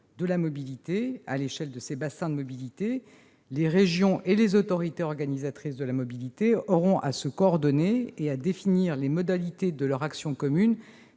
de la mobilité à l'échelle de ces bassins de mobilité. Les régions et les autorités organisatrices de la mobilité auront à se coordonner et à définir les modalités de leur action commune,